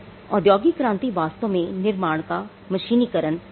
औद्योगिक क्रांति वास्तव में निर्माण का मशीनीकरण कर दिया